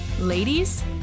Ladies